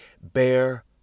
Bear